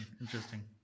Interesting